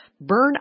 burn